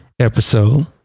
episode